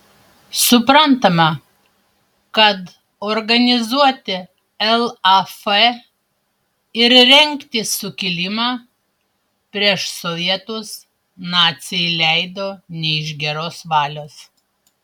suprantama kad organizuoti laf ir rengti sukilimą prieš sovietus naciai leido ne iš geros valios